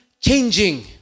changing